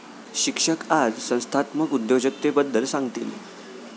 शिक्षक आज संस्थात्मक उद्योजकतेबद्दल सांगतील